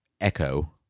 echo